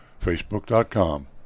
Facebook.com